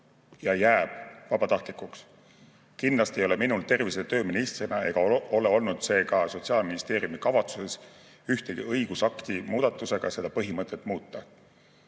ja jääb vabatahtlikuks. Kindlasti ei ole minul tervise‑ ja tööministrina ega ole olnud ka Sotsiaalministeeriumil kavatsust ühegi õigusakti muudatusega seda põhimõtet muuta.